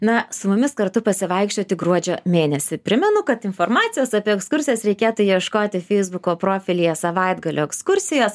na su mumis kartu pasivaikščioti gruodžio mėnesį primenu kad informacijos apie ekskursijas reikėtų ieškoti feisbuko profilyje savaitgalio ekskursijos